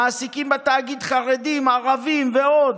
מעסיקים בתאגיד חרדים, ערבים ועוד.